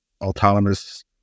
autonomous